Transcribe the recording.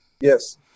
Yes